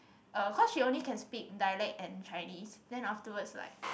uh cause she only can speak dialect and Chinese then afterwards like